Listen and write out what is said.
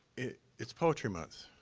it's poetry month,